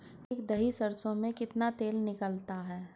एक दही सरसों में कितना तेल निकलता है?